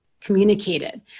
communicated